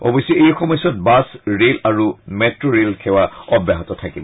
অৱশ্যে এই সময়চোৱাত বাছ ৰেল আৰু মেট্ট' ৰেল সেৱা অব্যাহত থাকিব